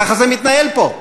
ככה זה מתנהל פה,